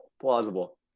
plausible